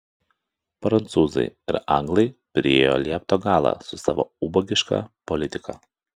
prancūzai ir anglai priėjo liepto galą su savo ubagiška politika